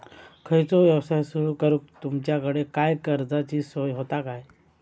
खयचो यवसाय सुरू करूक तुमच्याकडे काय कर्जाची सोय होता काय?